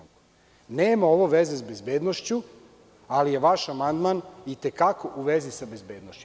Nema ovo veze sa bezbednošću, ali je vaš amandman i te kako u vezi sa bezbednošću.